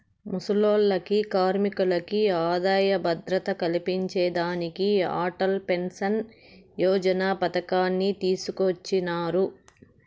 ముసలోల్లకి, కార్మికులకి ఆదాయ భద్రత కల్పించేదానికి అటల్ పెన్సన్ యోజన పతకాన్ని తీసుకొచ్చినారు